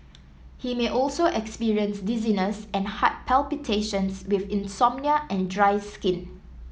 he may also experience dizziness and heart palpitations with insomnia and dry skin